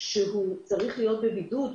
שהוא צריך להיות בבידוד,